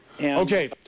Okay